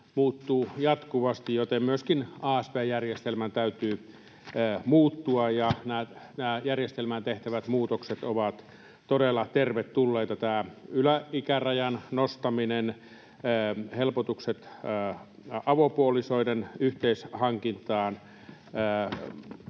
jatkuvasti, joten myöskin asp-järjestelmän täytyy muuttua, ja nämä järjestelmään tehtävät muutokset ovat todella tervetulleita. Tämä yläikärajan nostaminen, helpotukset avopuolisoiden yhteishankintaan